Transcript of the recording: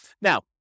Now